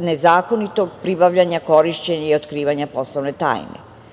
nezakonitog pribavljanja, korišćenja i otkrivanja poslovne tajne.U